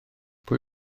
pwy